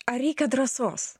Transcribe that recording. ar reikia drąsos